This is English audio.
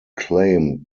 claimed